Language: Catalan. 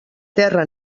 terra